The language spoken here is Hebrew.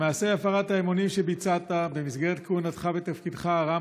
את מעשי הפרת האמונים "ביצעת במסגרת כהונתך בתפקידך הרם